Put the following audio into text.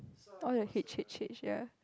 all the H H H ya